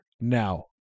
now